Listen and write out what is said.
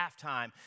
halftime